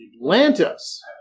Atlantis